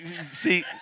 See